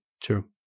true